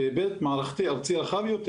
בהיבט מערכתי ארצי רחב יותר,